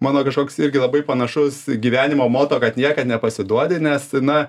mano kažkoks irgi labai panašus gyvenimo moto kad niekad nepasiduodi nes na